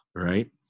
right